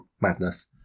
madness